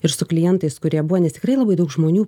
ir su klientais kurie buvo nes tikrai labai daug žmonių